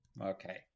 Okay